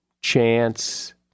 chance